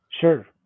Sure